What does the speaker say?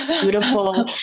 beautiful